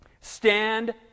Stand